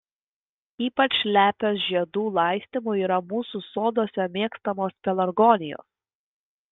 ypač lepios žiedų laistymui yra mūsų soduose mėgstamos pelargonijos